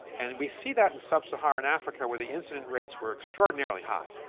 and we see that in sub-saharan africa where the incident rates were extraordinarily high,